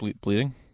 bleeding